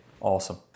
Awesome